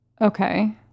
Okay